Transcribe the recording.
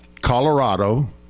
Colorado